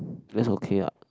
that is okay ah